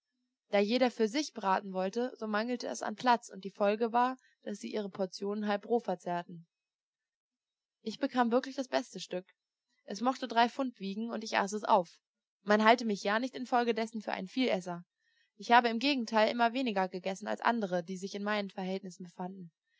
da jeder für sich braten wollte so mangelte es an platz und die folge war daß sie ihre portionen halb roh verzehrten ich bekam wirklich das beste stück es mochte drei pfund wiegen und ich aß es auf man halte mich ja nicht infolgedessen für einen vielesser ich habe im gegenteile immer weniger gegessen als andere die sich in meinen verhältnissen befanden